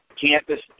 campus